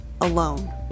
alone